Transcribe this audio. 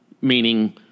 Meaning